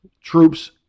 troops